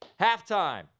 halftime